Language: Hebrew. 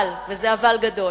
אבל, וזה אבל גדול,